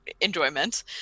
enjoyment